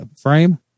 frame